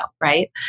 right